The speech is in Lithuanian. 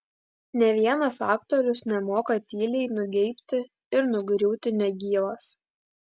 nė vienas aktorius nemoka tyliai nugeibti ir nugriūti negyvas